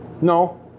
No